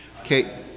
okay